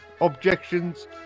objections